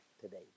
today